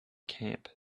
camp